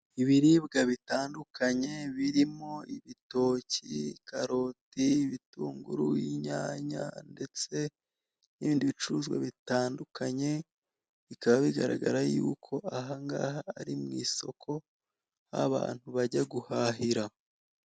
Ibiribwa bitandukanye birimo igitoki, karoti, ibitunguru, inyanya, ndetse n'ibindi bicuruzwa bitandukanye bikaba bigaragara yuko aha ngaha ari mu isoko aho abantu bajya guhahira.